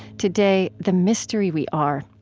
today, the mystery we are,